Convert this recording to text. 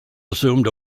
resumed